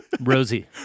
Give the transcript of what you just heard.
Rosie